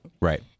Right